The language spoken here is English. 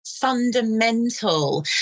fundamental